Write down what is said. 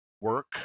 work